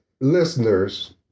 listeners